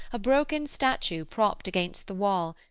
a broken statue propt against the wall,